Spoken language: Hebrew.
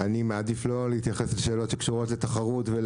אני מעדיף לא להתייחס לשאלות שקשורות לתחרות ולמחירים.